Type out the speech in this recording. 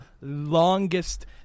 longest